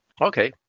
Okay